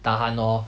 tahan lor